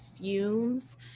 fumes